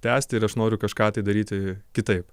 tęsti ir aš noriu kažką tai daryti kitaip